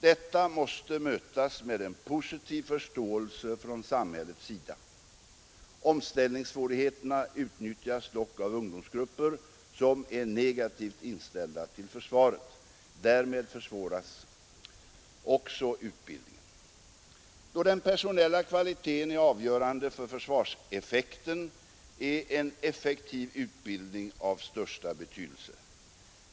Detta måste mötas med en positiv fö Omställningssvårigheter utnyttjas dock av ungdomsgrupper som är negativt inställda till försvaret. Därmed försvåras utbildningen. åelse från samhällets sida. Då den personella kvaliteten är avgörande för försvarseffekten är en effektiv utbildning av största betydelse.